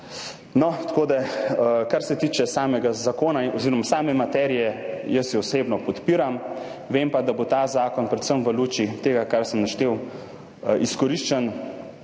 in tako naprej. Kar se tiče samega zakona oziroma same materije, jo jaz osebno podpiram. Vem pa, da bo ta zakon predvsem v luči tega, kar sem naštel, izkoriščen